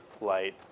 light